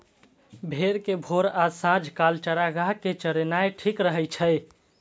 भेड़ कें भोर आ सांझ काल चारागाह मे चरेनाय ठीक रहै छै